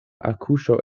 akuŝo